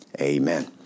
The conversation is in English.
Amen